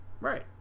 Right